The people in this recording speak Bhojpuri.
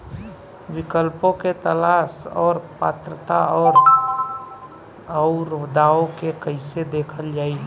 विकल्पों के तलाश और पात्रता और अउरदावों के कइसे देखल जाइ?